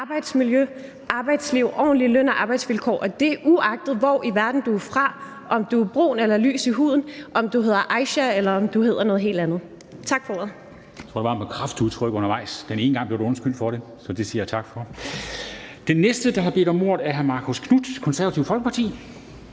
arbejdsmiljø og arbejdsliv og ordentlige løn- og arbejdsvilkår – og det er, uagtet hvor i verden du kommer fra, om du er brun eller lys i huden, om du hedder Aisha, eller om du hedder noget helt andet. Tak for ordet.